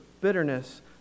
bitterness